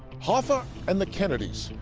hoffa and the kennedys,